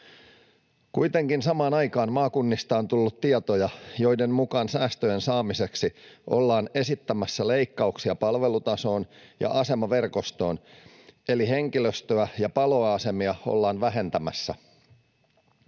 Kuitenkin samaan aikaan maakunnista on tullut tietoja, joiden mukaan säästöjen saamiseksi ollaan esittämässä leikkauksia palvelutasoon ja asemaverkostoon, eli henkilöstöä ja paloasemia ollaan vähentämässä.